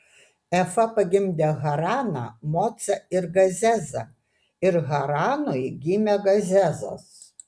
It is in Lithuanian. efa pagimdė haraną mocą ir gazezą ir haranui gimė gazezas